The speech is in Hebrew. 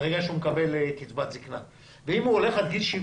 אם הוא עובד עד גיל 70